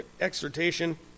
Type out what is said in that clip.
exhortation